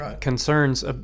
concerns